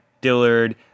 Dillard